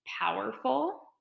powerful